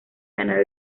ganar